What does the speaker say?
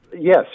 Yes